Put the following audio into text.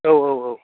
औ औ औ